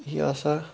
یہِ ہسا